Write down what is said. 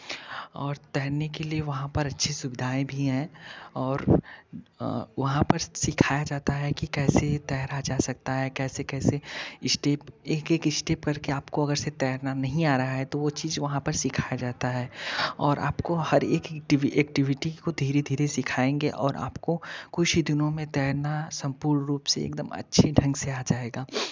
और तैरने के लिए वहाँ पर अच्छी सुविधाएँ भी हैं और वहाँ पर सिखाया जाता है कि कैसे तैरा जा सकता है कैसे कैसे इस्टेप एक एक इस्टेप करके आपको अगर से तैरना नहीं आ रहा है तो वह चीज़ वहाँ पर सिखाया जाता है और आपको हर एक एक्टिविटी को धीरे धीरे सिखाएँगे और आपको कुछ ही दिनों में तैरना संपूर्ण रूप से एकदम अच्छे ढंग से आ जाएगा